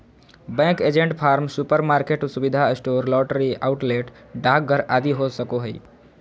bank agent farm, supermarket, सुविधा store, lottery outlet, डाकघर आदि हो सको हइ